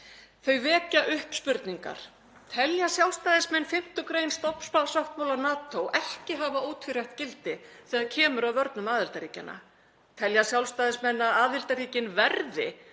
Þau vekja upp spurningar. Telja Sjálfstæðismenn 5. gr. stofnsáttmála NATO ekki hafa ótvírætt gildi þegar kemur að vörnum aðildarríkjanna? Telja Sjálfstæðismenn að aðildarríkin verði